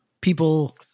people